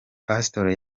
pasitori